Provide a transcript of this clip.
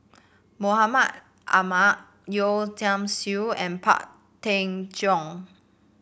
Mahmud Ahmad Yeo Tiam Siew and Pang Teck Joon